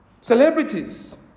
celebrities